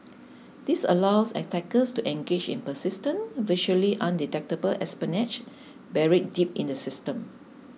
this allows attackers to engage in persistent virtually undetectable espionage buried deep in the system